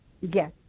Yes